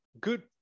good